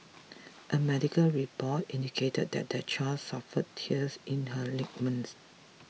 a medical report indicated that the child suffered tears in her ligaments